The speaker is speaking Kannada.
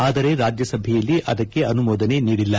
ಆದರೆ ರಾಜ್ಯಸಭೆಯಲ್ಲಿ ಅದಕ್ಕೆ ಅನುಮೋದನೆ ನೀಡಿಲ್ಲ